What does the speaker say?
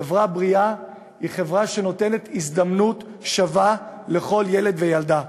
חברה בריאה היא חברה שנותנת הזדמנות שווה לכל ילד וילדה,